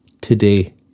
today